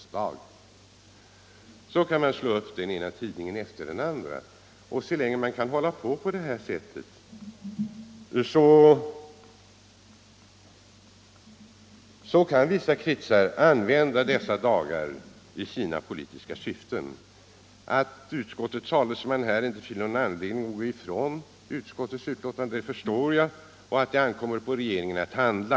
Liknande saker kunde man slå upp i den ena tidningen efter den andra. Så länge flaggdagarna finns kvar kan vissa kretsar använda de här dagarna i sina politiska syften. Jag förstår att utskottets talesman här inte finner någon anledning att gå ifrån utskottets uttalande att det ankommer på regeringen att handla.